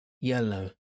yellow